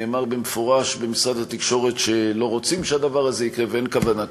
נאמר במפורש במשרד התקשורת שלא רוצים שהדבר הזה יקרה ואין כוונה כזאת,